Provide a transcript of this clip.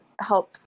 help